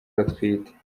batwite